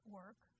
work